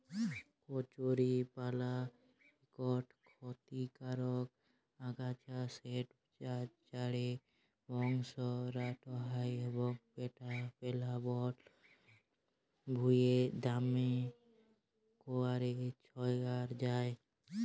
কচুরিপালা ইকট খতিকারক আগাছা যেট চাঁড়ে বংশ বাঢ়হায় এবং পেলাবল ভুঁইয়ে দ্যমে ক্যইরে ছইড়াই যায়